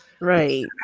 Right